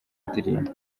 ndirimbo